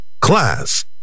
Class